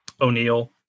O'Neill